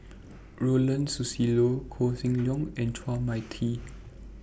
Ronald Susilo Koh Seng Leong and Chua Mia Tee